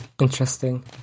Interesting